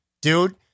dude